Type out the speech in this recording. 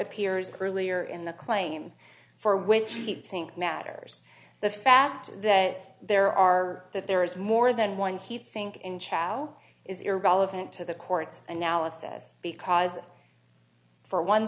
appears clearly or in the claim for which it sink matters the fact that there are that there is more than one heat sink in chalo is irrelevant to the court's analysis because for one